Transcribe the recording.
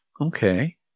Okay